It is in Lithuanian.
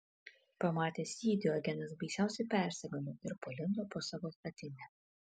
pamatęs jį diogenas baisiausiai persigando ir palindo po savo statine